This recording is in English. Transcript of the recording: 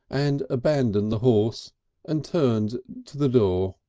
and abandoned the horse and turned, to the door.